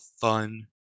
fun